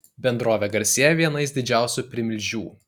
bendrovė garsėja vienais didžiausių primilžių